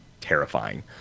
terrifying